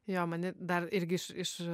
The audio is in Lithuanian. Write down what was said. jo mane dar irgi iš iš